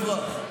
אני לא אברח.